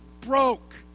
broke